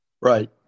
Right